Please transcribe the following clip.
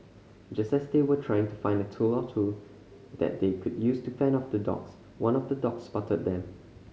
just as they were trying to find a tool or two that they could use to fend off the dogs one of the dogs spotted them